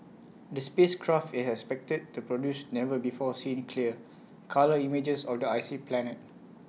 the space craft is expected to produce never before seen clear colour images of the icy planet